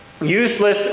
useless